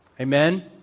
Amen